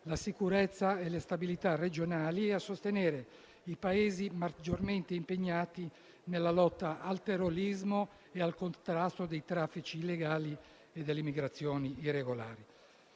la sicurezza e le stabilità regionali, a sostenere i Paesi maggiormente impegnati nella lotta al terrorismo e al contrasto dei traffici illegali e delle immigrazioni irregolari.